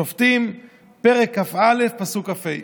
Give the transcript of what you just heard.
שופטים פרק כ', פסוק כ"ה